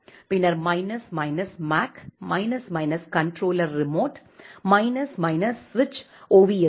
பின்னர் minus minus make minus minus controller remote minus minus சுவிட்ச் ஓவிஸ்கே